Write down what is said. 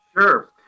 Sure